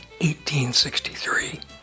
1863